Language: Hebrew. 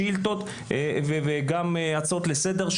שאילתות וגם הצעות לסדר,